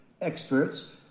experts